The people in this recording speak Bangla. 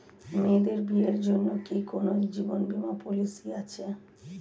মেয়েদের বিয়ের জন্য কি কোন জীবন বিমা পলিছি আছে?